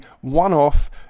one-off